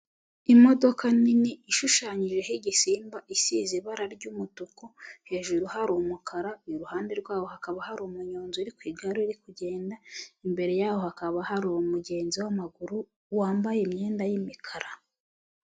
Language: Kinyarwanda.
Imodoka nini ishushanyijehoigisimba isize ibara ry'umutuku hejuru hari umukara iruhande rwawo hakaba hari umunyonzi uri ku igare ri kugenda imbere yaho hakaba hari umugenzi w'amaguru wambaye imyenda y'imikara.